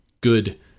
good